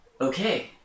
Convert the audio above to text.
okay